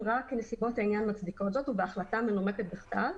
אם ראה כי נסיבות העניין מצדיקות זאת ובהחלטה מנומקת בכתב,